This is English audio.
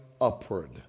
upward